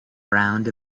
round